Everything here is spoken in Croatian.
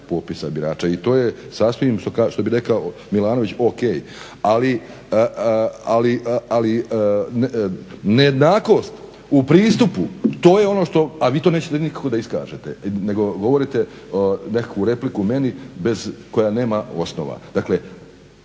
popisa birača i to je sasvim što bi rekao Milanović o.k. Ali nejednakost u pristupu to je ono što, a vi to nećete nikako da iskažete nego govorite nekakvu repliku meni bez, koja nema osnova. Dakle,